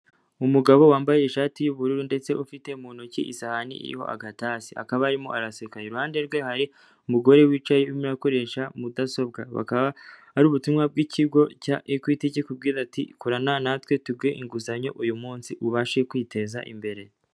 Umugabo wambaye ishati y'ubururu ndetse ufite mu ntoki isahani iriho agatasi, akaba arimo araseka, iruhande rwe hari umugore wicaye urimo urakoresha mudasobwa, bukaba ari ubutumwa bw'ikigo cya Equit kikubwira ati korana natwe tuguhe inguzanyo uyu munsi, ubashe kwiteza imbere.